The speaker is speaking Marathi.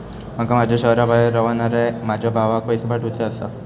माका माझ्या शहराबाहेर रव्हनाऱ्या माझ्या भावाक पैसे पाठवुचे आसा